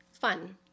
fun